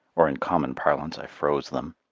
or in common parlance i froze them.